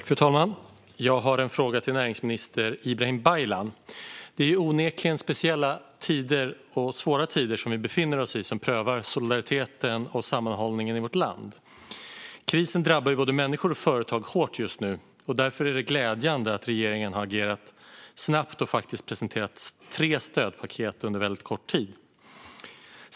Fru talman! Jag har en fråga till näringsminister Ibrahim Baylan. Det är onekligen speciella och svåra tider som vi befinner oss i, och de prövar solidariteten och sammanhållningen i vårt land. Krisen drabbar både människor och företag hårt just nu, och därför är det glädjande att regeringen har agerat snabbt och presenterat tre stödpaket under väldigt kort tid.